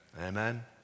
Amen